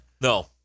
No